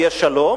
יהיה שלום,